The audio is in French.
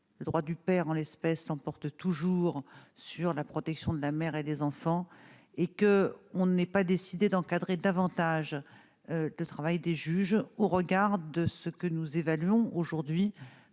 les droits du père en l'espèce, porte toujours sur la protection de la mère et des enfants, et que on ne naît pas décidé d'encadrer davantage le travail des juges au regard de ce que nous évaluons aujourd'hui